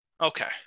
Okay